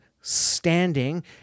standing